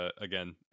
Again